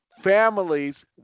families